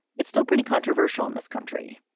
it's still pretty controversial in this country.